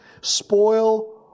spoil